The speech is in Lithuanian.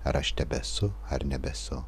ar aš tebesu ar nebesu